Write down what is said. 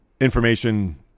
information